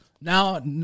Now